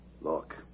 Look